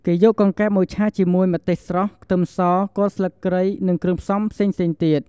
គេយកកង្កែបមកឆាជាមួយ ម្ទេសស្រស់ ខ្ទឹមស គល់ស្លឹកគ្រៃ និងគ្រឿងផ្សំផ្សេងៗទៀត។